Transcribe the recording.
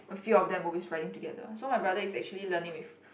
a few of them always riding together so my brother is actually learning with